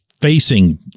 facing